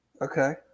Okay